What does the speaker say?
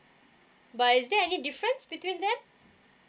but is there any difference between that